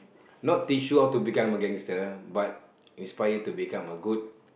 not teach you how to become gangster but is prior to become a good